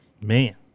Man